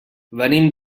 venim